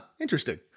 interesting